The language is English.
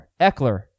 Eckler